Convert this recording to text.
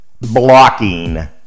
blocking